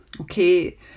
okay